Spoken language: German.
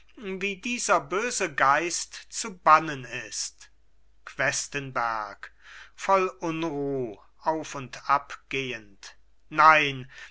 wie dieser böse geist zu bannen ist questenberg voll unruh auf und ab gehend nein